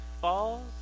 falls